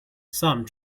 some